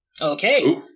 Okay